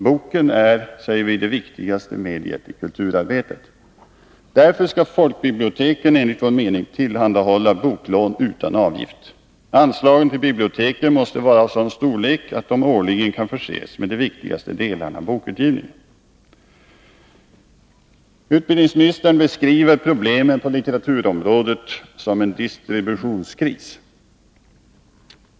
Boken är det viktigaste mediet i kulturarbetet. Därför skall biblioteken, enligt vår mening, tillhandahålla boklån utan avgift. Anslagen till biblioteken måste vara av sådan storlek att de årligen kan förses med de viktigaste delarna av bokutgivningen. Jan-Erik Wikström beskriver problemen på litteraturområdet som en distributionskris.